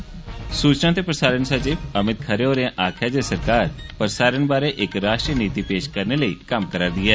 ऽ सूचना ते प्रसारण सचिव अमित खरे होरें आक्खेआ ऐ जे सरकार प्रसारण बारै इक रॉश्ट्री नीति पेष करने आस्तै कम्म करै रदी ऐ